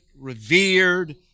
revered